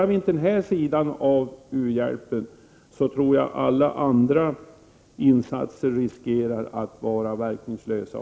Om vi inte klarar den här delen av u-hjälpen, tror jag att också alla andra insatser riskerar att bli verkningslösa.